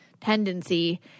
tendency